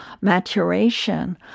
maturation